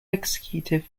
executive